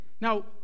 Now